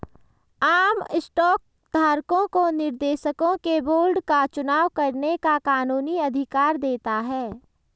आम स्टॉक धारकों को निर्देशकों के बोर्ड का चुनाव करने का कानूनी अधिकार देता है